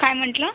काय म्हटलं